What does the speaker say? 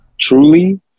Truly